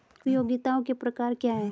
उपयोगिताओं के प्रकार क्या हैं?